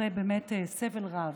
באמת אחרי סבל רב.